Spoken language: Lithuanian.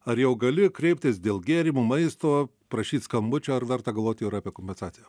ar jau gali kreiptis dėl gėrimų maisto prašyt skambučio ar verta galvot jau ir apie kompensaciją